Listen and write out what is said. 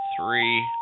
three